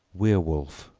werewolf,